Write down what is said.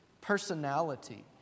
personality